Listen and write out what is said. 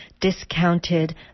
discounted